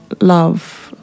love